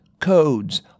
codes